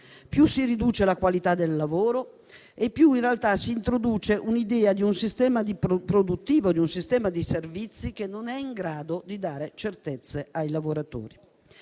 più si riduce la qualità del lavoro più, in realtà, si introduce l'idea di un sistema di produttivo, di un sistema di servizi che non è in grado di dare certezze ai lavoratori.